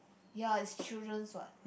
ya is childrens what